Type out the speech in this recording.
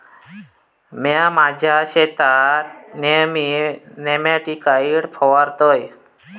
म्या माझ्या शेतात नेयमी नेमॅटिकाइड फवारतय